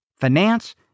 finance